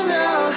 now